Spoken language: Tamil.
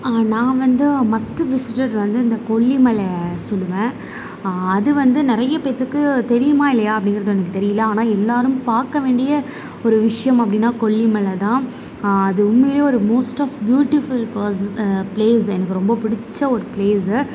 நான் வந்து மஸ்ட்டு விசிட்டட் வந்து இந்த கொல்லி மலை சொல்லுவேன் அது வந்து நிறைய பேருத்துக்கு தெரியுமா இல்லையா அப்படிங்கிறது எனக்கு தெரியலை ஆனால் எல்லாேரும் பார்க்க வேண்டிய ஒரு விஷயம் அப்படினா கொல்லி மலை தான் அது உண்மையிலேயே ஒரு most of beautiful person place எனக்கு ரொம்ப பிடிச்ச ஒரு பிளேஸு